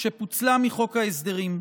שפוצלה מחוק ההסדרים.